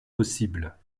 possibles